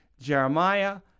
Jeremiah